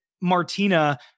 Martina